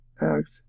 act